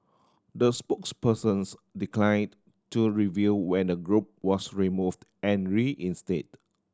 the spokespersons declined to reveal when the group was removed and reinstated